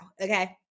Okay